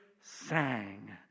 sang